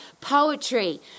poetry